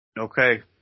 Okay